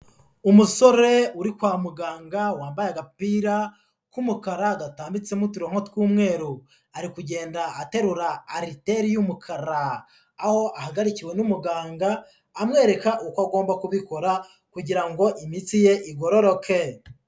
Umusore uri kwa muganga wambaye agapira k'umukara gatambitsemo uturonko tw'umweru, ari kugenda aterura ariteri y'umukara aho ahagarikiwe n'umuganga amwereka uko agomba kubikora kugira ngo imitsi ye igororoke.